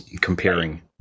comparing